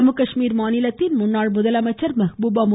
ஜம்முகாஷ்மீர் மாநில முன்னாள் முதலமைச்சர் மெஹ்பூபா மு